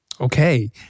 Okay